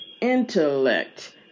intellect